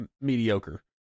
mediocre